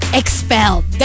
expelled